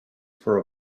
for